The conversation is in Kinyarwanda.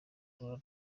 corolla